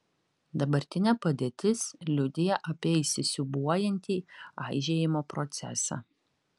dabartinė padėtis liudija apie įsisiūbuojantį aižėjimo procesą